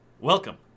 welcome